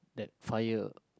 that fire